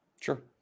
Sure